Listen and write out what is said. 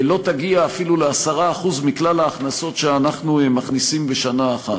לא תגיע אפילו ל-10% מכלל ההכנסות שאנחנו מכניסים בשנה אחת.